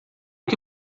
que